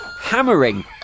hammering